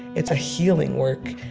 it's a healing work.